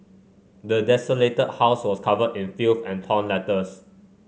the desolated house was covered in filth and torn letters